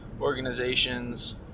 organizations